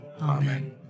Amen